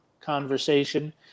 conversation